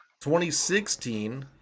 2016